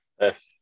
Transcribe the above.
Yes